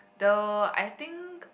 the I think